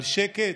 על שקט,